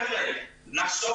חבר'ה, נחסוך